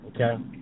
Okay